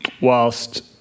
whilst